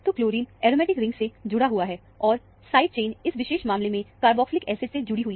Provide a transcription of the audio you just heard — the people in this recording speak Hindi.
तो क्लोरीन एरोमेटिक रिंग से जुड़ा हुआ है और साइड चैन इस विशेष मामले में कारबॉक्सलिक एसिड से जुड़ी हुई है